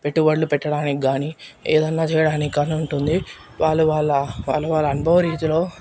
పెట్టుబడులు పెట్టడానికి గానీ ఏదైనా చేయడానికి కానీ ఉంటుంది వాళ్ళు వాళ్ళ వాళ్ళు వాళ్ళ అనుభవ రీతులో